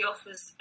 offers